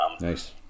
Nice